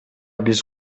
биз